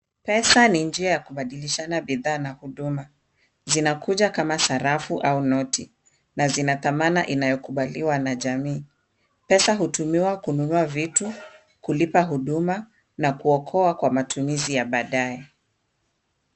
Pesa ni njia ya kubadilishana bidhaa na huduma. Zinakuja kama sarafu au noti, na zina thamana inayokubaliwa na jamii. Pesa hutumiwa kununua vitu, kulipa huduma na kuokoa kwa matumizi ya baadaye.